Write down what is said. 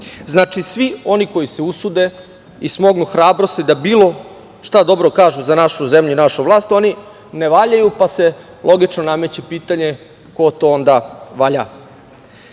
svi oni koji se usude i smognu hrabrosti da bilo šta dobro kažu za našu zemlju i našu vlast, oni ne valjaju pa se, logično nameće pitanje ko to onda valja?